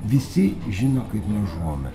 visi žino kaip mes žuvome